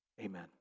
Amen